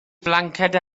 flanced